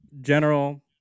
general